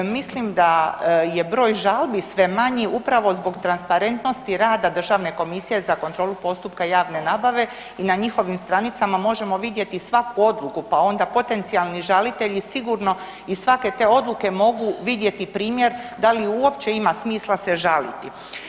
Mislim da je broj žalbi sve manji upravo zbog transparentnosti rada državne komisije za kontrolu postupka javne nabave i na njihovim stranicama možemo vidjeti svaku odluku, pa onda potencijalni žalitelji sigurno iz svake te odluke mogu vidjeti primjer da li uopće ima smisla se žaliti.